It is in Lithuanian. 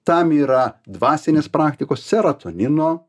tam yra dvasinės praktikos serotonino